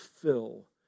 fill